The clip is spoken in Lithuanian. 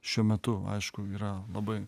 šiuo metu aišku yra labai